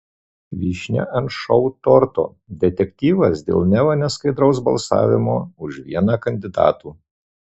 vyšnia ant šou torto detektyvas dėl neva neskaidraus balsavimo už vieną kandidatų